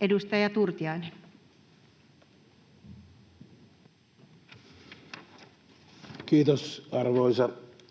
Edustaja Turtiainen. Kiitos, arvoisa